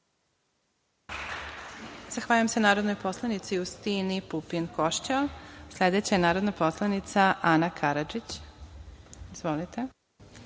Zahvaljujem se narodnoj poslanici Justini Pupin Košćal. Sledeća je narodna poslanica Ana Karadžić. Izvolite.